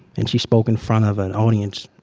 and she spoke in front of an audience,